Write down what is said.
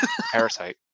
Parasite